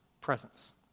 presence